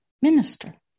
minister